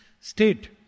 state